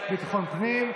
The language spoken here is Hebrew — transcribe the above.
הוועדה לביטחון הפנים.